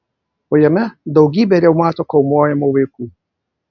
o jame daugybė reumato kamuojamų vaikų